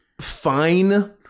fine